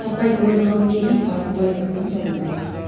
तपाईँको रङ केही फरक परिवर्तन गर्नुहोस्